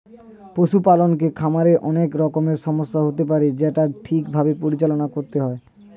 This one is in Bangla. পশু পালকের খামারে অনেক রকমের সমস্যা হতে পারে সেটা ঠিক ভাবে পরিচালনা করতে হয়